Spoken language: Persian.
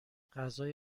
غذای